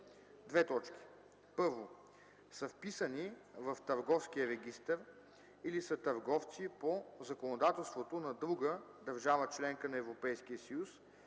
които: 1. са вписани в търговския регистър или са търговци по законодателството на друга държава – членка на Европейския